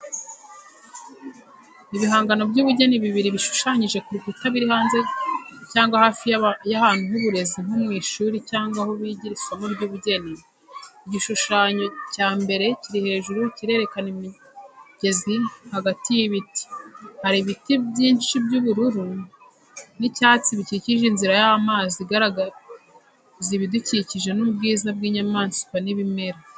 Ibihangano by’ubugeni bibiri bishushanyije ku rukuta biri hanze cyangwa hafi y’ahantu h’uburezi nko mu ishuri cyangwa aho bigira isomo ry’ubugeni. Igishushanyo cya mbere kiri hejuru Kirerekana imigezi hagati y’ibiti. Hari ibiti byinshi by’ubururu n’icyatsi bikikije inzira y’amazi igaragaza ibidukikije n’ubwiza bw'inyamaswa n'ibimera.